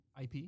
ip